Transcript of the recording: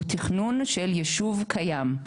הוא תכנון של יישוב קיים.